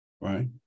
right